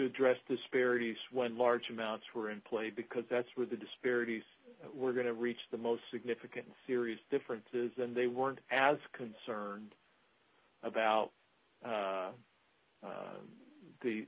address disparities when large amounts were in play because that's where the disparities were going to reach the most significant serious differences and they weren't as concerned about